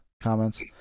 comments